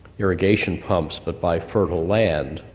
irrigation pumps, but by fertile land.